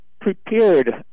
prepared